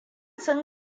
sun